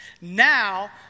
Now